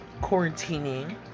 quarantining